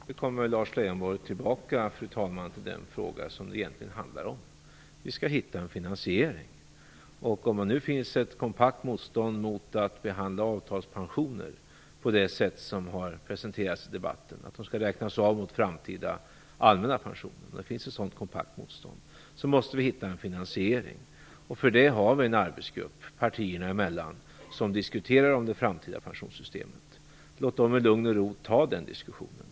Fru talman! Nu kommer Lars Leijonborg tillbaka till den fråga som det egentligen handlar om. Vi skall hitta en finansiering. Det finns ett kompakt motstånd mot att behandla avtalspensioner på det sätt som har presenterats i debatten, dvs. att de skall räknas av mot framtida allmänna pensioner, och vi måste hitta en finansiering. För det har vi partierna emellan en arbetsgrupp som diskuterar det framtida pensionssystemet. Låt den i lugn och ro få föra den diskussionen.